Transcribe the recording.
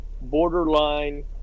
borderline